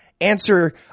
answer